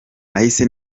nahise